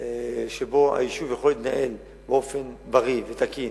שבו הוא יכול להתנהל באופן בריא ותקין,